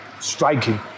striking